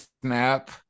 snap